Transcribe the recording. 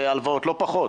הלוואות, לא פחות.